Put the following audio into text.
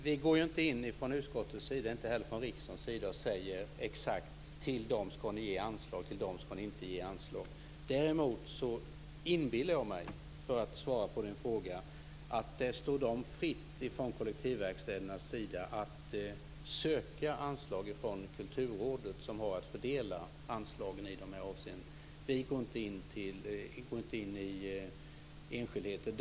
Herr talman! Vi säger inte från utskottets och inte heller från riksdagens sida exakt att till dem skall ni ge anslag och till dem skall ni inte ge anslag. Däremot inbillar jag mig, för att svara på Per Lagers fråga, att det står dem fritt från kollektivverkstädernas sida att söka anslag från Kulturrådet, som har att fördela anslagen i de här avseendena. Vi går inte in i enskildheter.